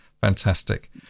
Fantastic